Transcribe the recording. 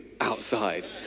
outside